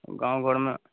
ओ गाँव घरमे